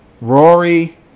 Rory